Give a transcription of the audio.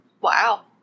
Wow